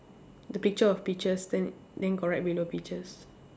the picture of peaches then then got write below peaches